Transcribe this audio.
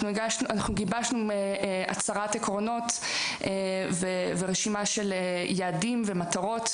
אנחנו גיבשנו הצהרת עקרונות ורשימה של יעדים ומטרות.